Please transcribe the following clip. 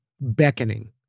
beckoning